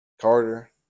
Carter